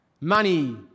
money